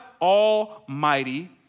almighty